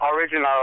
original